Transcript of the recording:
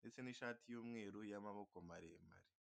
ndetse n'ishati y'umweru y'amaboko maremare.